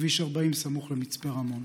בכביש 40 סמוך למצפה רמון,